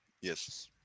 Yes